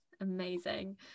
amazing